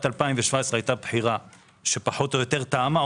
אז הייתה בחירה שתאמה.